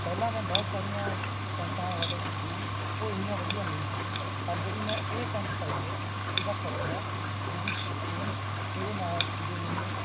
ਪਹਿਲਾਂ ਮੈਂ ਬਹੁਤ ਸਾਰੀਆਂ ਪੈਂਟਾਂ ਔਰਡਰ ਕੀਤੀਆਂ ਉਹ ਐਨੀਆ ਵਧੀਆ ਨਹੀਂ ਸੀ ਪਰ ਜਿਹੜੀ ਮੈਂ ਇਹ ਪੈਂਟ ਪਾਈ ਹੈ ਇਹਦਾ ਕੱਪੜਾ ਇਹਦੀ ਸਟੀਚਿੰਗ ਇਹਦੇ ਨਾਲ ਜੋ ਮੈਨੂੰ